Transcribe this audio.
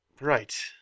Right